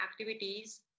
activities